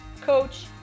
Coach